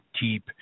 deep